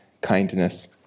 kindness